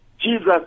Jesus